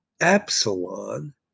epsilon